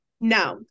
No